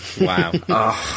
Wow